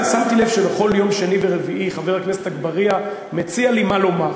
שמתי לב שבכל יום שני ורביעי חבר הכנסת אגבאריה מציע לי מה לומר.